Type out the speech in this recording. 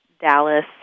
Dallas